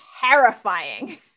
terrifying